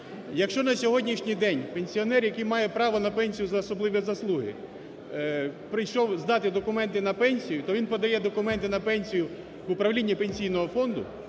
Якщо на сьогоднішній день пенсіонер, який має право на пенсію за особливі заслуги, прийшов здати документи на пенсію, то він подає документи на пенсію в управління Пенсійного фонду,